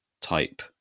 type